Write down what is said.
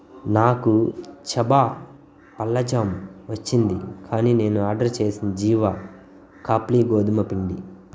నాకు చబా పళ్ళ జామ్ వచ్చింది కానీ నేను ఆర్డర్ చేసింది జీవా ఖాప్లి గోధుమ పిండి